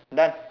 done